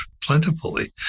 plentifully